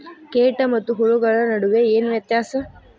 ಕೇಟ ಮತ್ತು ಹುಳುಗಳ ನಡುವೆ ಏನ್ ವ್ಯತ್ಯಾಸ?